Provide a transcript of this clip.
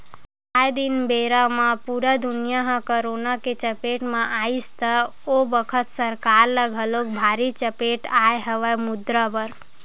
आये दिन बेरा म पुरा दुनिया ह करोना के चपेट म आइस त ओ बखत सरकार ल घलोक भारी चपेट आय हवय मुद्रा बर